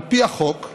על פי החוק,